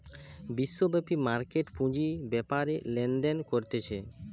বিশ্বব্যাপী মার্কেট পুঁজি বেপারে লেনদেন করতিছে